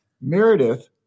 Meredith